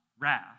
wrath